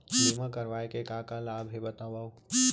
बीमा करवाय के का का लाभ हे बतावव?